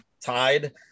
tied